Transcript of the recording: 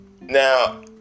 Now